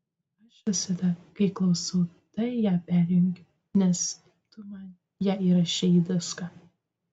aš visada kai klausau tai ją perjungiu nes tu man ją įrašei į diską